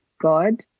God